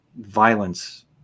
violence